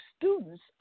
students